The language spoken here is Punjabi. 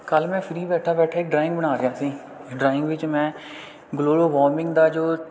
ਕੱਲ੍ਹ ਮੈਂ ਫਰੀ ਬੈਠਾ ਬੈਠਾ ਇੱਕ ਡਰਾਇੰਗ ਬਣਾ ਰਿਹਾ ਸੀ ਡਰਾਇੰਗ ਵਿੱਚ ਮੈਂ ਗਲੋਬਲ ਵਾਰਮਿੰਗ ਦਾ ਜੋ